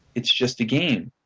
it's just a game,